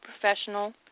professional